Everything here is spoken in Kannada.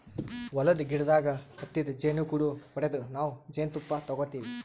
ಹೊಲದ್ದ್ ಗಿಡದಾಗ್ ಹತ್ತಿದ್ ಜೇನುಗೂಡು ಹೊಡದು ನಾವ್ ಜೇನ್ತುಪ್ಪ ತಗೋತಿವ್